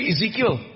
Ezekiel